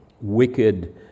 wicked